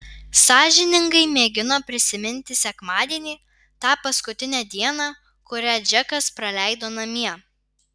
sąžiningai mėgino prisiminti sekmadienį tą paskutinę dieną kurią džekas praleido namie